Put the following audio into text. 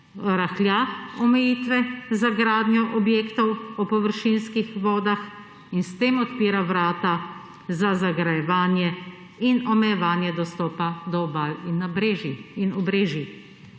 rahlja omejitve za gradnjo objektov ob površinskih vodah in s tem odpira vrata za zagrajevanje in omejevanje dostopa do obal in nabrežij